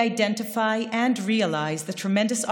כולי תקווה כי נזהה ונממש את ההזדמנויות